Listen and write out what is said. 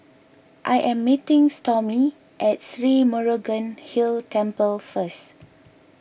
I am meeting Stormy at Sri Murugan Hill Temple first